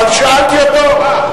אבל שאלתי אותו.